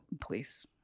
Please